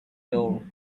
door